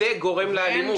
זה גורם לאלימות.